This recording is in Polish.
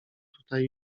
tutaj